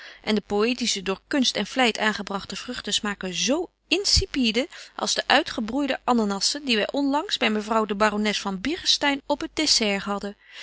en de poëtische door kunst en vlyt aangebragte vruchten smaken z insipide als de uitgebroeide ananassen die wy onlangs by mevrouw de barones von birchenstein op het dessert hadden